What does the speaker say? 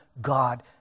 God